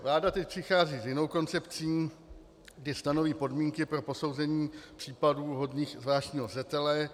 Vláda teď přichází s jinou koncepcí, kdy stanoví podmínky pro posouzení případů hodných zvláštního zřetele.